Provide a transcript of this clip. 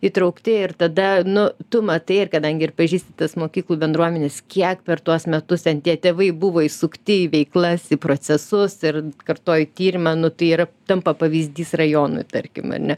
įtraukti ir tada nu tu matai ir kadangi ir pažįsti tas mokyklų bendruomenes kiek per tuos metus ten tie tėvai buvo įsukti į veiklas į procesus ir kartoji tyrimą nu tai yra tampa pavyzdys rajonui tarkim ane